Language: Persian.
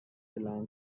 اعلام